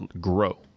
Grow